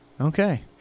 Okay